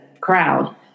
crowd